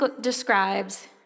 describes